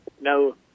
No